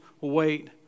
wait